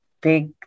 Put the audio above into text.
big